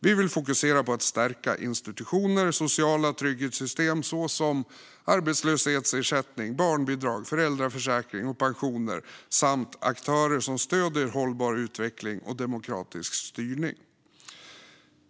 Vi vill fokusera på att stärka institutioner, sociala trygghetssystem såsom arbetslöshetsersättning, barnbidrag, föräldraförsäkring och pensioner samt aktörer som stöder hållbar utveckling och demokratisk styrning.